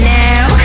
now